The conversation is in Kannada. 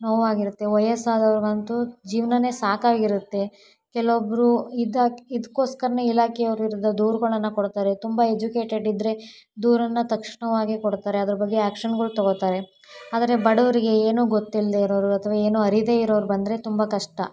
ನೋವಾಗಿರುತ್ತೆ ವಯಸ್ಸಾದವರಿಗಂತೂ ಜೀವನಾನೇ ಸಾಕಾಗಿರುತ್ತೆ ಕೆಲವೊಬ್ಬರು ಇದು ಇದಕ್ಕೋಸ್ಕರನೇ ಇಲಾಖೆಯವ್ರ ವಿರುದ್ಧ ದೂರುಗಳನ್ನ ಕೊಡ್ತಾರೆ ತುಂಬ ಎಜುಕೇಟೆಡ್ ಇದ್ದರೆ ದೂರನ್ನು ತಕ್ಷಣವಾಗಿ ಕೊಡ್ತಾರೆ ಅದರ ಬಗ್ಗೆ ಆ್ಯಕ್ಷನ್ಗಳು ತೊಗೋತಾರೆ ಆದರೆ ಬಡವ್ರಿಗೆ ಏನೂ ಗೊತ್ತಿಲ್ಲದೆ ಇರೋವ್ರು ಅಥವಾ ಏನೂ ಅರಿಯದೇ ಇರೋವ್ರು ಬಂದರೆ ತುಂಬ ಕಷ್ಟ